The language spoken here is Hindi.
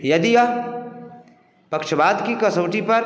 यदि आप पक्षपात की कसौटी पर